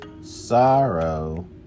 sorrow